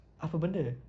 apa benda